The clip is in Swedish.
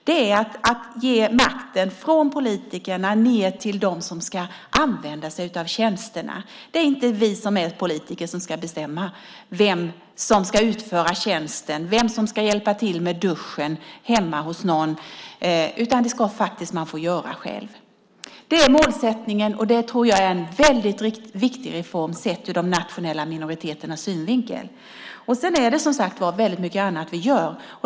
Det är att flytta makten från politikerna ned till dem som ska använda sig av tjänsterna. Det är inte vi som är politiker som ska bestämma vem som ska utföra tjänsten, vem som ska hjälpa till med duschen hemma nos någon, utan det ska man faktiskt få göra själv. Det är målsättningen, och det tror jag är en väldigt viktig reform sett ur de nationella minoriteternas synvinkel. Sedan är det som sagt var väldigt mycket annat vi gör.